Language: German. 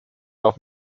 auch